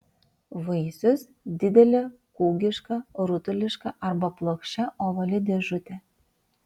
vaisius didelė kūgiška rutuliška arba plokščia ovali dėžutė